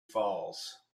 falls